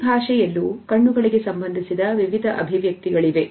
ಪ್ರತಿ ಭಾಷೆಯಲ್ಲೂ ಕಣ್ಣುಗಳಿಗೆ ಸಂಬಂಧಿಸಿದ ವಿವಿಧ ಅಭಿವ್ಯಕ್ತಿಗಳಿವೆ